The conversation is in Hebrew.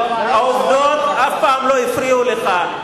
אבל העובדות אף פעם לא הפריעו לך,